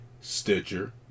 Stitcher